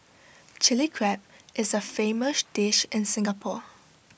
Chilli Crab is A famous dish in Singapore